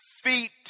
feet